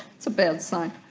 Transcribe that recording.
it's a bad sign